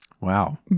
Wow